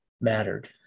mattered